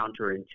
counterintuitive